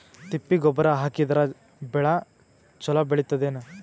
ತಿಪ್ಪಿ ಗೊಬ್ಬರ ಹಾಕಿದರ ಬೆಳ ಚಲೋ ಬೆಳಿತದೇನು?